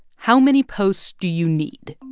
how many posts do you need?